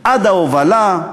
עד ההובלה,